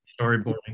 Storyboarding